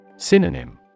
Synonym